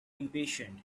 impatient